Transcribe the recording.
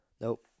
Nope